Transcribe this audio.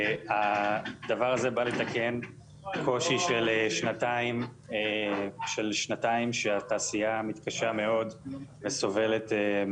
הדבר הזה בא לתקן קושי של שנתיים שבהן התעשייה מתקשה מאוד וסובלת.